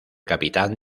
capitán